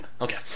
Okay